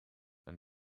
and